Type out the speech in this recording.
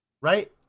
right